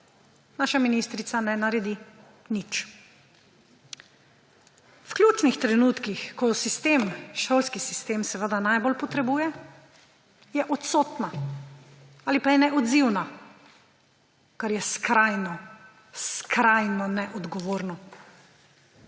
naša ministrica ne naredi nič. V ključnih trenutkih, ko jo šolski sistem seveda najbolj potrebuje, je odsotna ali pa je neodzivna, kar je skrajno neodgovorno,